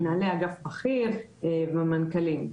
מנהלי אגף בכיר ומנכ"לים.